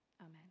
Amen